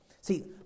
See